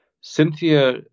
Cynthia